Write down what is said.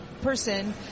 person